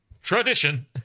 Tradition